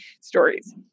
stories